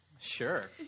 Sure